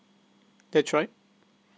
that's right